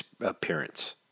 appearance